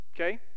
Okay